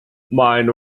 meine